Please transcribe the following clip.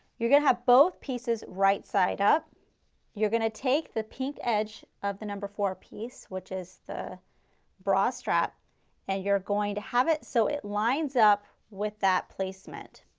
you are going to have both pieces right side up and you are going to take the pinked edge of the number four piece, which is the bra strap and you are going to have it, so it lines up with that placement